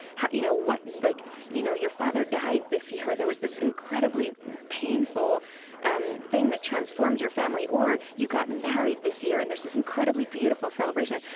you know, what, like, you know, your father died this year. there was this incredibly painful um thing that transformed your family, or you got married this year and there's this incredibly beautiful celebration.